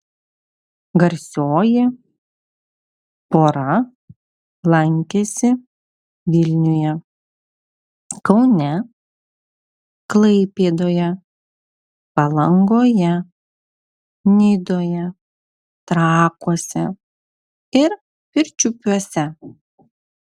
garsioji pora lankėsi vilniuje kaune klaipėdoje palangoje nidoje trakuose ir pirčiupiuose